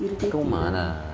kat rumah lah